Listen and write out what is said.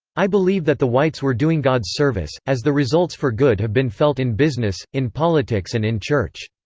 i believe that the whites were doing god's service, as the results for good have been felt in business, in politics and in church.